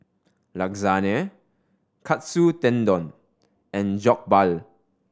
Lasagne Katsu Tendon and Jokbal